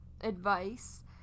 advice